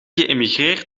geëmigreerd